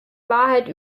wahrheit